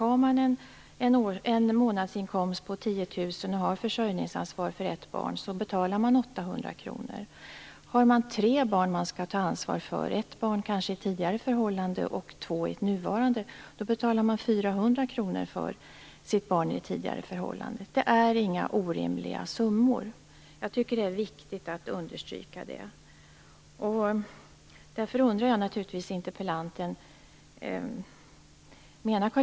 Den som har en månadsinkomst på 10 000 kr och har försörjningsansvaret för ett barn betalar 800 kr. Den som har tre barn att ta ansvar för, med ett barn i ett tidigare förhållande och två barn i ett nuvarande förhållande, betalar 400 kr för barnet i det tidigare förhållandet. Det är inte orimligt.